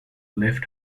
left